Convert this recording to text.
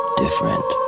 different